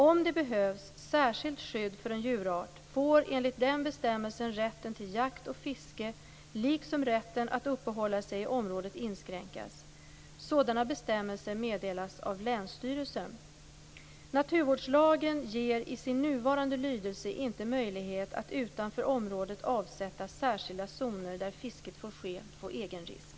Om det behövs särskilt skydd för en djurart får enligt den bestämmelsen rätten till jakt och fiske, liksom rätten att uppehålla sig i området, inskränkas. Sådana bestämmelser meddelas av länsstyrelsen. Naturvårdslagen ger i sin nuvarande lydelse inte möjlighet att utanför området avsätta särskilda zoner där fisket får ske på egen risk.